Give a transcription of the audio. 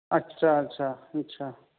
اچھا اچھا اچھا